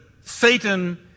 Satan